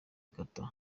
kata